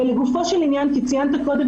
ולגופו של עניין שציינת קודם,